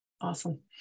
awesome